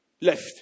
left